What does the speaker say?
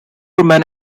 superman